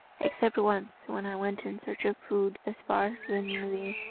except once when i went in search of food as far as llyn llyw.